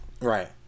Right